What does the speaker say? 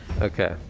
okay